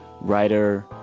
writer